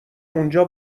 اونجا